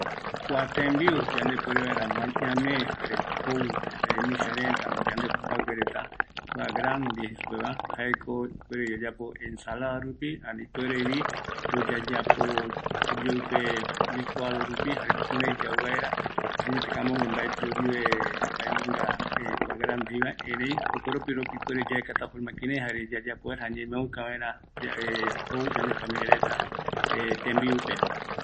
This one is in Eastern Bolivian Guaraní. Kua yandepuere vaera ñame jou misɨareta, jaeko yayapota licuado rupi, amogue mbaetɨ oyue reta, kurai yaukata oyoupe, jare yakaru kavi vaera